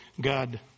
God